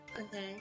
Okay